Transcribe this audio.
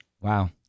Wow